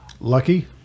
Lucky